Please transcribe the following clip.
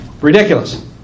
ridiculous